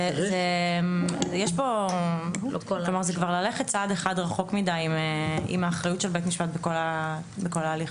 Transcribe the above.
זה כבר ללכת צעד אחד רחוק מידי עם האחריות של בית משפט בכל ההליך הזה.